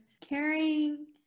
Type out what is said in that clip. caring